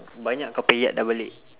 banyak kau punya yat dah balik